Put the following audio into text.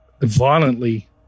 violently